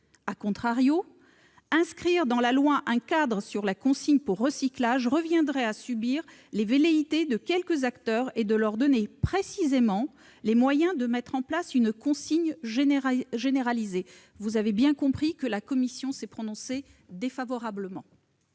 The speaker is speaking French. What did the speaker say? consignées., inscrire dans la loi un cadre sur la consigne pour recyclage reviendrait à subir les velléités de quelques acteurs et à leur donner précisément les moyens de mettre en place une consigne généralisée. La commission émet donc un avis défavorable.